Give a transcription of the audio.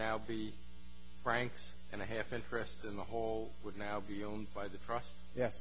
now be frank's and a half interest in the whole would now be owned by the